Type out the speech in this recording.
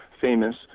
famous